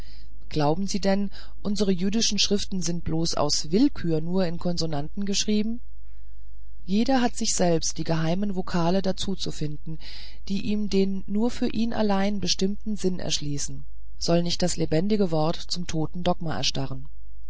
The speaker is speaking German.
glauben sie denn unsere jüdischen schriften sind bloß aus willkür nur in konsonanten geschrieben jeder hat sich selbst die geheimen vokale dazu zu finden die ihm den nur für ihn allein bestimmten sinn erschließen soll nicht das lebendige wort zum toten dogma erstarren